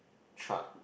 truck